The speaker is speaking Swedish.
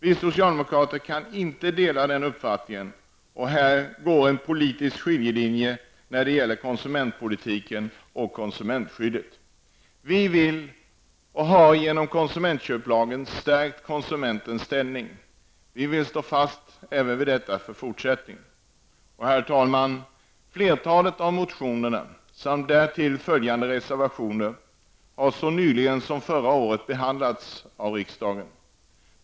Vi socialdemokrater kan inte dela den uppfattningen, och här går en politisk skiljelinje när det gäller konsumentpolitiken och konsumentskyddet. Vi vill och har genom konsumentköplagen stärkt konsumentens ställning. Den vill vi stå fast vid även i fortsättningen. Herr talman! Flertalet av motionerna, samt därtill följande reservationer, har så nyligen som förra året behandlats av riksdagen.